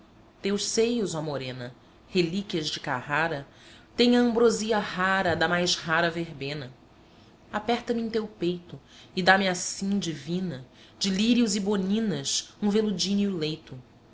teus seios oh morena relíquias de carrara têm a ambrosia rara da mais rara verbena aperta me em teu peito e dá-me assim divina de lírios e boninas um veludíneo leito